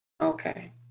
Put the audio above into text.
Okay